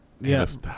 Yes